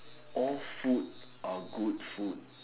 all food are good food